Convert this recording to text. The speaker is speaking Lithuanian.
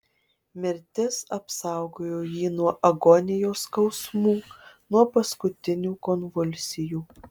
mirtis apsaugojo jį nuo agonijos skausmų nuo paskutinių konvulsijų